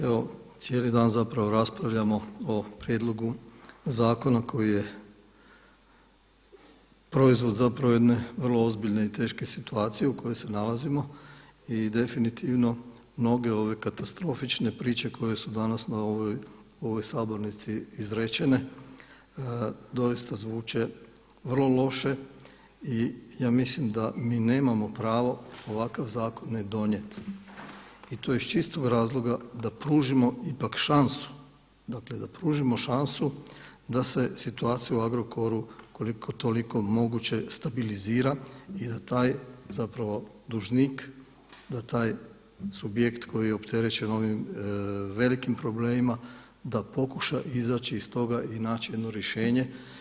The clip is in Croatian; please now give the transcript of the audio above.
Evo, cijeli dan zapravo raspravljamo o Prijedlogu zakona koji je proizvod zapravo jedne vrlo ozbiljne i teške situacije u kojoj se nalazimo i definitivno mnoge ove katastrofične priče koje su danas u ovoj sabornici izrečene doista zvuče vrlo loše i ja mislim da mi nemamo pravo ovakav zakon … i to iz čistog razloga da pružimo ipak šansu, dakle da pružimo šansu da se situacija u Agrokoru koliko toliko moguće stabilizira i da taj zapravo dužnik, da taj subjekt koji je opterećen ovim velikim problemima da pokuša izaći iz toga i naći jedno rješenje.